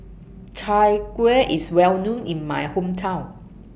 Chai Kueh IS Well known in My Hometown